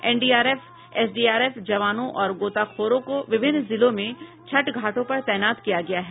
NDRF SDRF जवानों और गोताखोरों को विभिन्न जिलों में छठ घाटों पर तैनात किया गया है